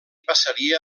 passaria